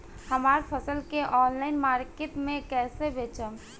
हमार फसल के ऑनलाइन मार्केट मे कैसे बेचम?